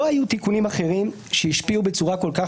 לא היו תיקונים אחרים שהשפיעו בצורה כל כך